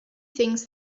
things